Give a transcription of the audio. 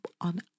on